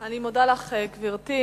אני מודה לך, גברתי.